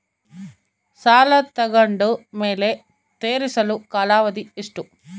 ಸಾಲ ತಗೊಂಡು ಮೇಲೆ ತೇರಿಸಲು ಕಾಲಾವಧಿ ಎಷ್ಟು?